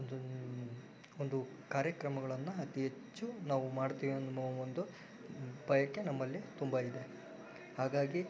ಒಂದು ಒಂದು ಕಾರ್ಯಕ್ರಮಗಳನ್ನು ಅತಿ ಹೆಚ್ಚು ನಾವು ಮಾಡ್ತೀವಿ ಎಂಬ ಒಂದು ಬಯಕೆ ನಮ್ಮಲ್ಲಿ ತುಂಬ ಇದೆ ಹಾಗಾಗಿ